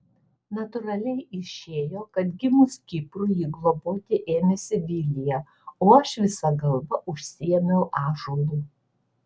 natūraliai išėjo kad gimus kiprui jį globoti ėmėsi vilija o aš visa galva užsiėmiau ąžuolu